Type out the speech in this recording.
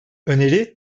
öneri